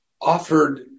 offered